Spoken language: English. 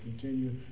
continue